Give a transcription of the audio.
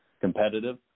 competitive